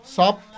ସବ୍